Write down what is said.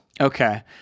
Okay